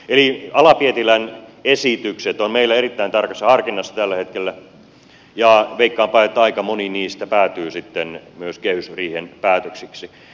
eli ala pietilän esitykset ovat meillä erittäin tarkassa harkinnassa tällä hetkellä ja veikkaanpa että aika moni niistä päätyy sitten myös kehysriihen päätöksiksi